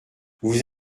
vous